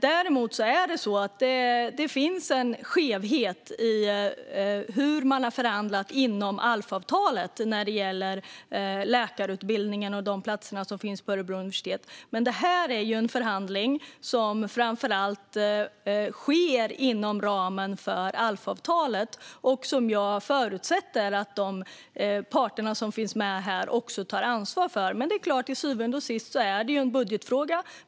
Det finns däremot en skevhet i hur man har förhandlat inom ALF-avtalet när det gäller läkarutbildningen och de platser som finns på Örebro universitet. Det är en förhandling som framför allt sker inom ramen för ALF-avtalet. Jag förutsätter att de parter som finns med också tar ansvar för det. Till syvende och sist är det en budgetfråga.